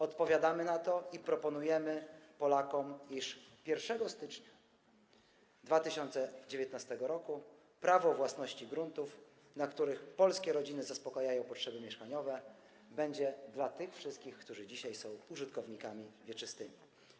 Odpowiadamy na to i proponujemy Polakom, iż 1 stycznia 2019 r. prawo własności gruntów, na których polskie rodziny zaspokajają potrzeby mieszkaniowe, będzie dla tych wszystkich, którzy dzisiaj są użytkownikami wieczystymi.